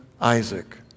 Isaac